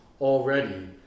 already